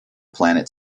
planet